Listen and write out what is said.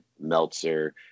Meltzer